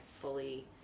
fully